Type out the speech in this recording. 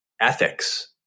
ethics